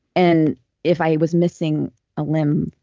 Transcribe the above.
and if i was missing a limb,